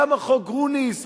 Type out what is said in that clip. כמה חוק גרוניס משפיע,